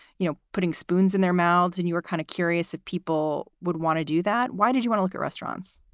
you know, putting spoons in their mouths? and you are kind of curious that people would want to do that. why did you want to get restaurants?